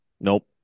Nope